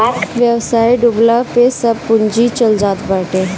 व्यवसाय डूबला पअ सब पूंजी चल जात बाटे